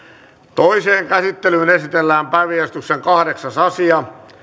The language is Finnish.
toiseen käsittelyyn esitellään päiväjärjestyksen kahdeksas asia